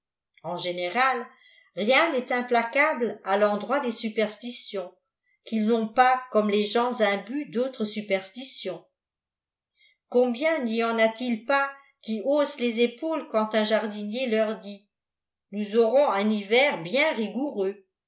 en général rien n'est implacable à l'endroit des superstitions qu'ils n'ont pas commis les gens imbus d'autres superstitions combien n'y en a-t-il pas qui haussent les épaules quand un jardinier leur dit nous aurons un hiver bien rigoureux